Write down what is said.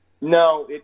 no